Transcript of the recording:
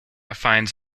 finds